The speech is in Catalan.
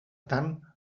tant